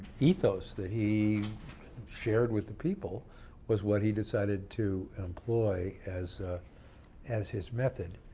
ethos that he shared with the people was what he decided to employ as as his method.